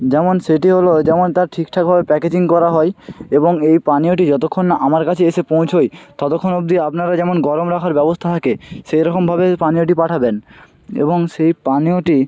যেমন সেটি হলো যেমন তার ঠিকঠাকভাবে প্যাকেজিং করা হয় এবং এই পানীয়টি যতক্ষণ না আমার কাছে এসে পৌঁছোয় ততক্ষণ অবধি আপনারা যেমন গরম রাখার ব্যবস্থা থাকে সেই রকমভাবে এই পানীয়টি পাঠাবেন এবং সেই পানীয়টি